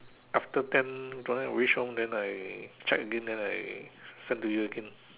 after ten when I reach home then I check again then I send to you again